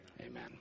Amen